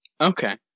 Okay